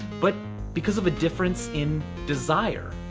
but because of a difference in desire.